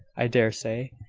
i dare say.